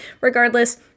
regardless